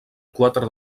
quatre